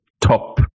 top